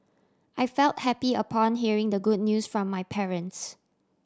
I felt happy upon hearing the good news from my parents